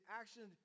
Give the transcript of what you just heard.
action